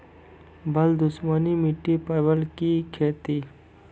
बल दुश्मनी मिट्टी परवल की खेती?